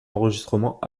enregistrement